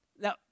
Now